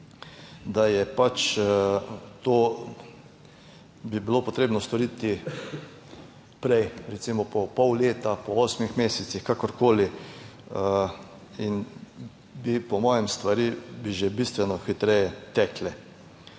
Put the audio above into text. da je pač, to bi bilo potrebno storiti, prej recimo po pol leta, po osmih mesecih, kakorkoli in bi po mojem stvari že bistveno hitreje tekle.